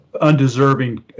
undeserving